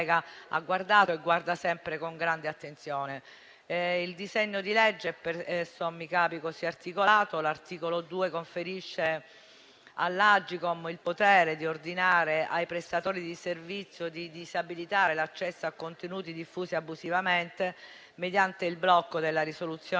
Il disegno di legge, per sommi capi, è così articolato. L'articolo 2 conferisce all'Agcom il potere di ordinare ai prestatori di servizio di disabilitare l'accesso a contenuti diffusi abusivamente, mediante il blocco della risoluzione